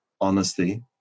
honesty